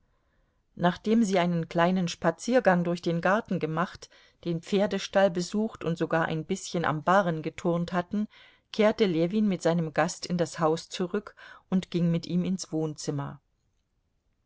nachdem sie einen kleinen spaziergang durch den garten gemacht den pferdestall besucht und sogar ein bißchen am barren geturnt hatten kehrte ljewin mit seinem gast in das haus zurück und ging mit ihm ins wohnzimmer